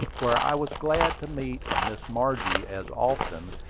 where i was glad to meet miss margie as often,